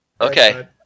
Okay